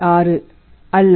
6 அல்ல